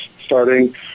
starting